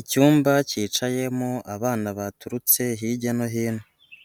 Icyumba cyicayemo abana baturutse hirya no hino,